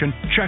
check